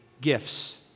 gifts